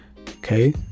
okay